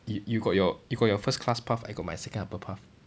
you you got your you got your first class path I got my second upper path